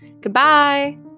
Goodbye